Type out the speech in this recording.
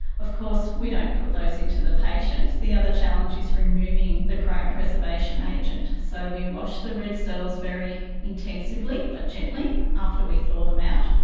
of course we don't put those into the patients. the other challenge is removing the cryopreservation agent. so we wash the red cells very intensively but gently after we thaw them out.